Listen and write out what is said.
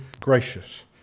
gracious